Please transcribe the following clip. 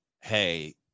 hey